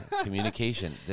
communication